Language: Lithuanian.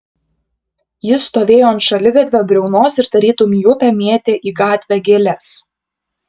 jis stovėjo ant šaligatvio briaunos ir tarytum į upę mėtė į gatvę gėles